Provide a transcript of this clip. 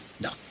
No